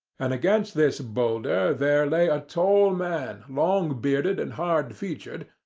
and against this boulder there lay a tall man, long-bearded and hard-featured,